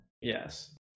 Yes